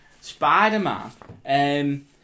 Spider-Man